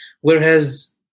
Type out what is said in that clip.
whereas